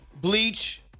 Bleach